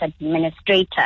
administrator